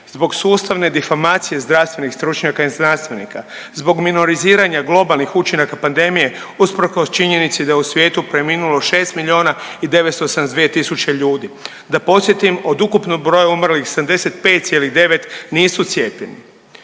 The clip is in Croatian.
zbog sustavne difamacije zdravstvenih stručnjaka i znanstvenika, zbog minoriziranja globalnih učinaka pandemije usprkos činjenici da je u svijetu preminulo 6 milijuna i 972 tisuće ljudi. Da podsjetim, od ukupnog broja umrlih, 75,9 nisu cijepljeni.